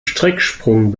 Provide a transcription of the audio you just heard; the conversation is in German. strecksprung